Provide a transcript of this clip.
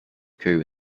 coup